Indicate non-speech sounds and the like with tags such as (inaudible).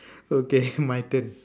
(breath) okay my turn